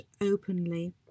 openly